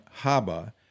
Haba